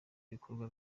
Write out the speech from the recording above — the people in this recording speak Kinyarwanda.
ibikorwa